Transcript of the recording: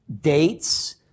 dates